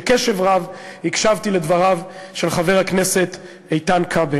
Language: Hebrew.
בקשב רב הקשבתי לדבריו של חבר הכנסת איתן כבל,